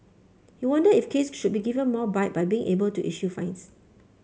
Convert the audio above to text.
he wondered if Case should be given more bite by being able to issue fines